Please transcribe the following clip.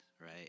right